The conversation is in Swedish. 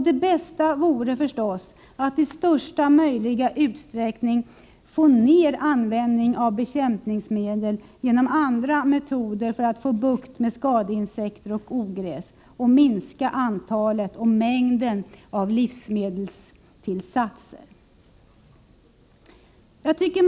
Det bästa vore givetvis att i största möjliga utsträckning bringa ned användningen av bekämpningsmedel genom andra metoder att få bukt med skadeinsekter och ogräs och att minska antalet och mängden av livsmedelstillsatser.